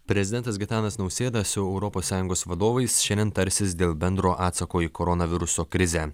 prezidentas gitanas nausėda su europos sąjungos vadovais šiandien tarsis dėl bendro atsako į koronaviruso krizę